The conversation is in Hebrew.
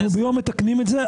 אנחנו ביום מתקנים את זה,